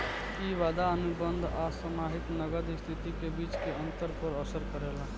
इ वादा अनुबंध आ समाहित नगद स्थिति के बीच के अंतर पर असर करेला